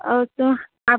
ও তো আপ